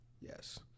Yes